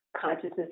consciousness